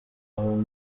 abo